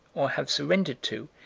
or have surrendered to,